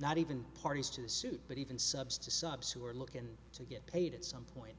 not even parties to the suit but even subs to sub sewer look and to get paid at some point